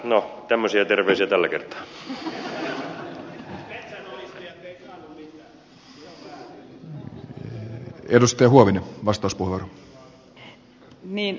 no tämmöisiä terveisiä tällä kertaa